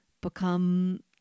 become